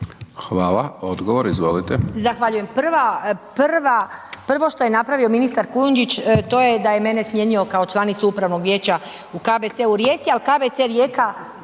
Hvala. Odgovor, izvolite.